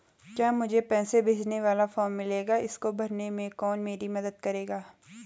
क्या मुझे पैसे भेजने वाला फॉर्म मिलेगा इसको भरने में कोई मेरी मदद करेगा?